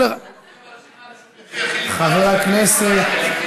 תן לחיליק.